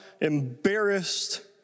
embarrassed